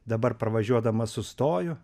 dabar pravažiuodamas sustoju